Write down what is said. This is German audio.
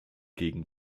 gegen